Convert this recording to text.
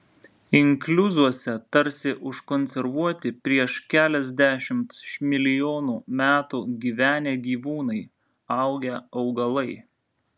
inkliuzuose tarsi užkonservuoti prieš keliasdešimt milijonų metų gyvenę gyvūnai augę augalai